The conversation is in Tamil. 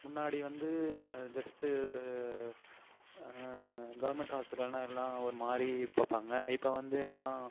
முன்னாடி வந்து ஜஸ்ட்டு கவர்மெண்ட் ஹாஸ்பிட்டல்லுன்னா எல்லாம் ஒரு மாதிரி பார்ப்பாங்க இப்போ வந்து எல்லாம்